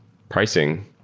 pricing,